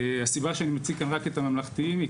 הסיבה שאני מציג כאן רק את הממלכתיים כי